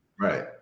Right